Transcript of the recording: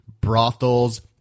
brothels